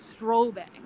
strobing